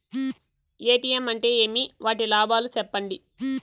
ATM అంటే ఏమి? వాటి లాభాలు సెప్పండి?